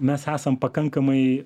mes esam pakankamai